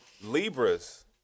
Libras